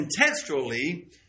Contextually